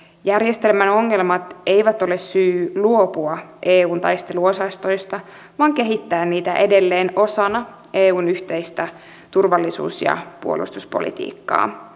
järjestelmän ongelmat eivät ole syy luopua eun taisteluosastoista vaan kehittää niitä edelleen osana eun yhteistä turvallisuus ja puolustuspolitiikkaa